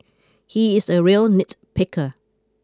he is a real nitpicker